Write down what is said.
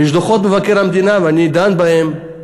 ויש דוחות מבקר המדינה ואני דן בהם.